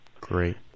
Great